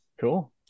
Cool